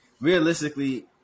realistically